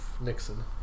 Nixon